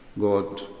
God